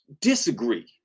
disagree